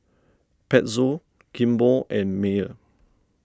Pezzo Kimball and Mayer